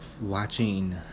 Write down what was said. watching